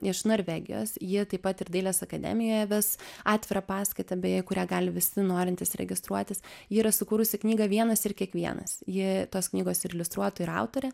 iš norvegijos ji taip pat ir dailės akademijoje ves atvirą paskaitą beje į kurią gali visi norintys registruotis ji yra sukūrusi knygą vienas ir kiekvienas ji tos knygos ir iliustruotoja ir autorė